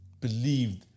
believed